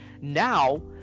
now